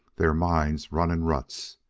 their minds run in ruts.